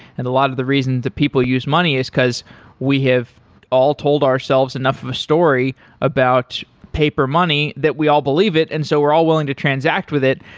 and a lot of the reasons that people use money is because we have all told ourselves enough of a story about paper money that we all believe it, and so we're all willing to transact with it.